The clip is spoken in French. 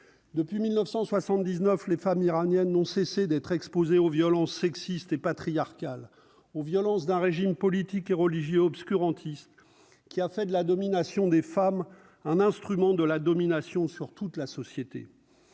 depuis 1979 les femmes iraniennes n'ont cessé d'être exposés aux violences sexistes et patriarcales aux violences d'un régime politique et religieux obscurantistes qui a fait de la domination des femmes, un instrument de la domination sur toute la société,